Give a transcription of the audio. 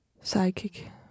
psychic